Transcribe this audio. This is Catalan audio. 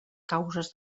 causes